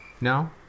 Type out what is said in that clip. No